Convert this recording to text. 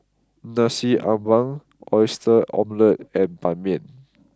Nasi Ambeng Oyster Omelette and Ban Mian